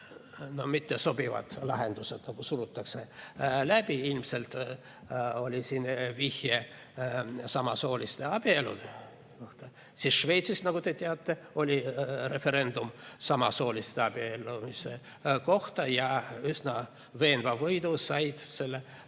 mittesobivad lahendused surutakse läbi. Ilmselt oli siin vihje samasooliste abielule, aga Šveitsis, nagu te teate, oli referendum samasooliste abiellumise kohta ja üsna veenva võidu said sellel